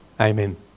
Amen